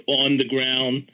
on-the-ground